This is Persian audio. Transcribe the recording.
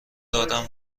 دارم